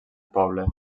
poble